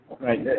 Right